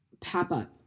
pop-up